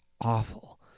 awful